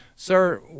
Sir